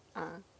ah